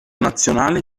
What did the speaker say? nazionale